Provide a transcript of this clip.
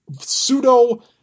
Pseudo